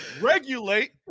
regulate